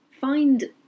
Find